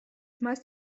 must